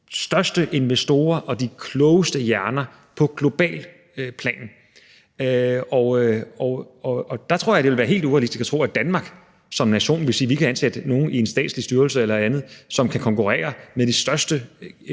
største investorer og de klogeste hjerner på globalt plan. Og der tror jeg, det vil være helt urealistisk at tro, at Danmark som nation kan sige, at vi kan ansætte nogen i en statslig styrelse eller et andet sted, som kan konkurrere med de kæmpe